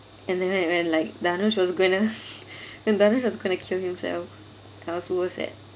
and then right when like I know she was gonna that I know she was gonna kill himself I was so sad